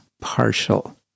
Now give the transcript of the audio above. partial